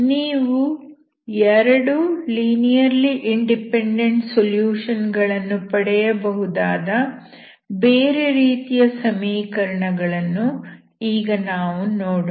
ನೀವು ಎರಡು linearly independent solution ಗಳನ್ನು ಪಡೆಯಬಹುದಾದ ಬೇರೆ ರೀತಿಯ ಸಮೀಕರಣಗಳನ್ನು ಈಗ ನಾವು ನೋಡೋಣ